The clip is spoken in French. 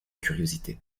curiosité